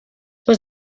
was